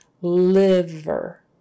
Liver